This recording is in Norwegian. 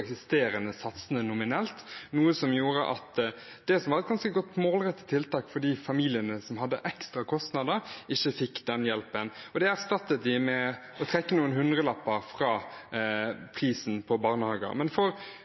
eksisterende satsene nominelt, noe som gjorde at det som var et ganske godt og målrettet tiltak for de familiene som hadde ekstra kostnader og hadde trengt den hjelpen, ikke ble innført. Det erstattet de med å trekke noen hundrelapper fra prisen på barnehage. Men for